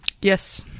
Yes